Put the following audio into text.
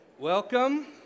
Welcome